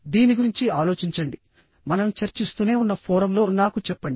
దీని గురించి ఆలోచించండి మనం చర్చిస్తూనే ఉన్న ఫోరమ్లో నాకు చెప్పండి